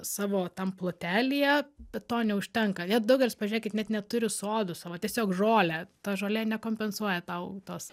savo tam plotelyje bet to neužtenka daugelis pažiūrėkit net neturi sodų savo tiesiog žolę ta žolė nekompensuoja tau tos